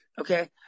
okay